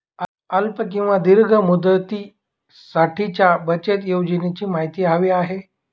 अल्प किंवा दीर्घ मुदतीसाठीच्या बचत योजनेची माहिती हवी आहे